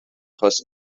خواست